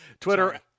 Twitter